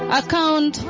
account